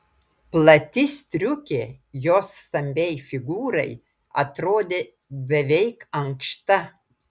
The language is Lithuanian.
plati striukė jos stambiai figūrai atrodė beveik ankšta